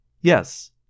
Yes